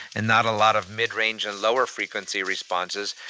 and not a lot of mid-range and lower frequency responses,